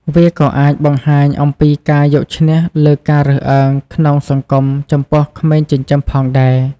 វាក៏អាចបង្ហាញអំពីការយកឈ្នះលើការរើសអើងក្នុងសង្គមចំពោះក្មេងចិញ្ចឹមផងដែរ។